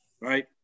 right